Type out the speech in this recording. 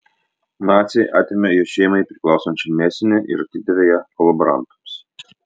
naciai atėmė jo šeimai priklausančią mėsinę ir atidavė ją kolaborantams